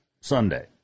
Sunday